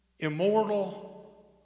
Immortal